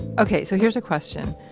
ok. so, here's a question.